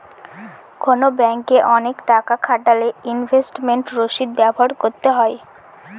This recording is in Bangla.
কোনো ব্যাঙ্কে অনেক টাকা খাটালে ইনভেস্টমেন্ট রসিদ ব্যবহার করতে হয়